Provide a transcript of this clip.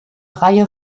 reihe